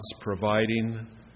providing